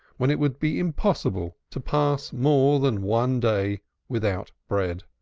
when it would be impossible to pass more than one day without bread.